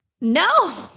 No